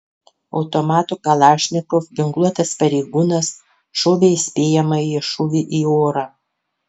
automatu kalašnikov ginkluotas pareigūnas šovė įspėjamąjį šūvį į orą